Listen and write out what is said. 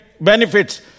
benefits